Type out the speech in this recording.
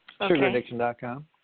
Sugaraddiction.com